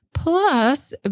plus